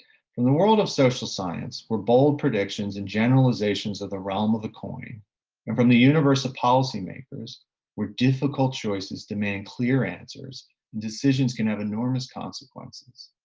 from the world of social science were bold predictions in generalizations of the realm of the coin and from the universe of policymakers were difficult choices, demanding clear answers and decisions can have enormous consequences.